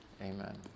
Amen